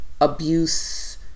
abuse